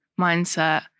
mindset